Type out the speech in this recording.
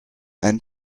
and